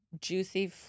juicy